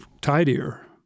tidier